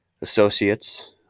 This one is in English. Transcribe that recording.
associates